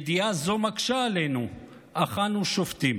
ידיעה זו מקשה עלינו אך אנו שופטים".